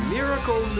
Miracle